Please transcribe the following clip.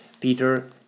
Peter